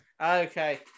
okay